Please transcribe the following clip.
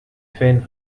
fan